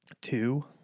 Two